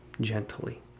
gently